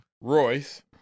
Royce